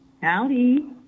howdy